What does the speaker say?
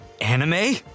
Anime